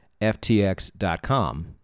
FTX.com